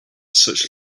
such